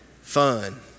fun